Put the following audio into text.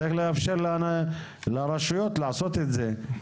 צריך לאפשר לרשויות לעשות את זה.